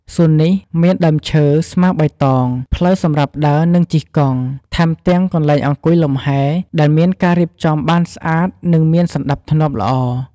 សួននេះមានដើមឈើ ស្មៅបៃតង ផ្លូវសម្រាប់ដើរនិងជិះកង់ ថែមទាំងកន្លែងអង្គុយលំហែ ដែលមានការរៀបចំបានស្អាតនិងមានសណ្តាប់ធ្នាប់ល្អ។